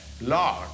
Lord